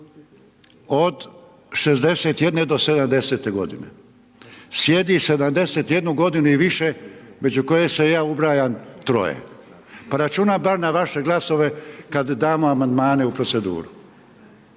od 61 do 70 godine, sjedi 71 godinu i više među koje se i ja ubrajam, troje. Pa računam bar na vaše glasove kad damo amandmane u proceduru.